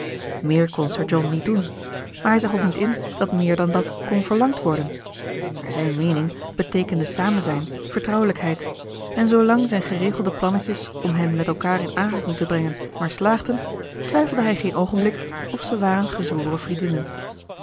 meer kon sir john niet doen maar hij zag ook niet in dat meer dan dat kon verlangd worden naar zijne meening beteekende samenzijn vertrouwelijkheid en zoolang zijn geregelde plannetjes om hen met elkaar in aanraking te brengen maar slaagden twijfelde hij geen oogenblik of zij waren gezworen vriendinnen